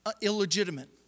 illegitimate